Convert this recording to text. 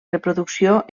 reproducció